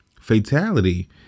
fatality